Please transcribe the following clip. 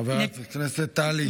חברת הכנסת טלי.